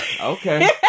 Okay